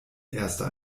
erster